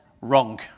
wrong